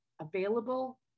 available